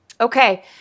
Okay